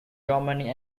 germany